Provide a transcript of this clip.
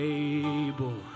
able